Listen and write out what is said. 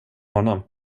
honom